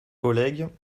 collègues